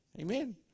Amen